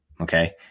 okay